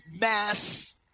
mass